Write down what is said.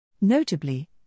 Notably